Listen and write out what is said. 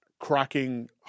cracking